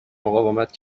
مقاومت